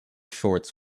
shorts